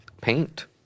paint